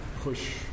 push